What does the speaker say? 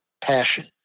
passion